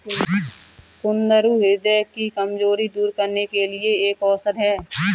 कुंदरू ह्रदय की कमजोरी दूर करने के लिए एक औषधि है